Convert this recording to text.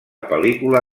pel·lícula